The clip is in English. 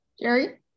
Jerry